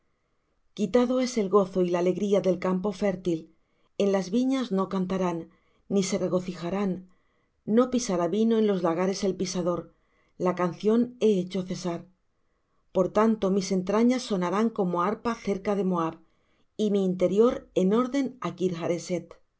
quitado es el gozo y la alegría del campo fértil en las viñas no cantarán ni se regocijarán no pisará vino en los lagares el pisador la canción he hecho cesar por tanto mis entrañas sonarán como arpa acerca de moab y mi interior en orden á